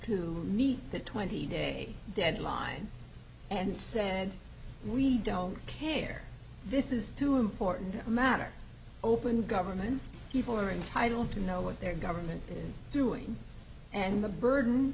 to meet that twenty day deadline and said we don't care this is too important a matter open government people are entitled to know what their government is doing and the burden